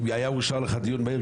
אם היה מאושר לך דיון מהיר,